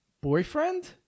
Boyfriend